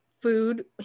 food